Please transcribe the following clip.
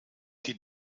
die